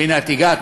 והנה, את הגעת.